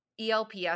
ELPS